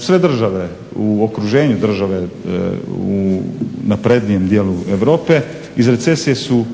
Sve države u okruženju države u naprednijem dijelu Europe iz recesije su